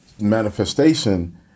manifestation